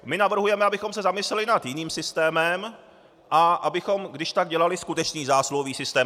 My navrhujeme, abychom se zamysleli nad jiným systémem a abychom když tak dělali skutečný zásluhový systém.